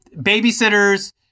babysitters